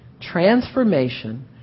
Transformation